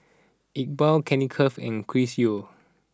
Iqbal Kenneth Keng and Chris Yeo